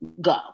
go